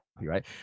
right